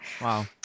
Wow